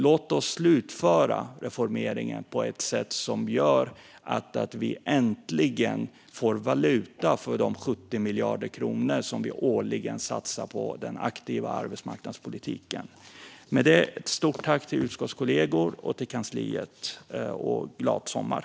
Låt oss slutföra reformeringen på ett sätt som gör att vi äntligen får valuta för de 70 miljarder kronor som vi årligen satsar på den aktiva arbetsmarknadspolitiken! Jag vill rikta ett stort tack till utskottskollegorna och kansliet. Glad sommar!